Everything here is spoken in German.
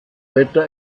wetter